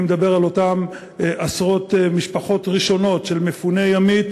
אני מדבר על אותן עשרות משפחות ראשונות של מפוני ימית